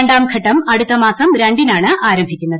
രാം ഘട്ടം അടുത്ത മാസം രിനാണ് ആരംഭിക്കുന്നത്